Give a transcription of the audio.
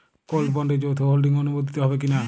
Gold বন্ডে যৌথ holding অনুমোদিত হবে কিনা?